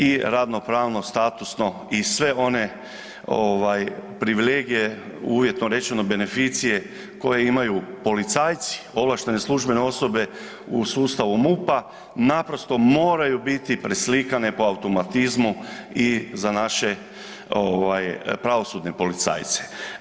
I radno-pravno i statusno i sve one privilegije, uvjetno rečeno beneficije koje imaju policajci, ovlaštene službene osobe u sustavu MUP-a naprosto moraju biti preslikane po automatizmu i za naše pravosudne policajce.